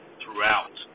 throughout